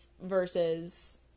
versus